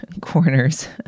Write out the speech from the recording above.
corners